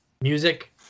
music